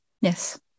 Yes